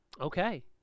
Okay